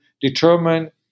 determine